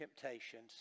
temptations